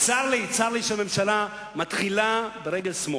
וצר לי שהממשלה מתחילה ברגל שמאל.